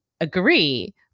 agree